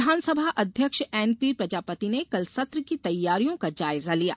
विधानसभा अध्यक्ष एनपीप्रजापति ने कल सत्र की तैयारियों का जायजा लिया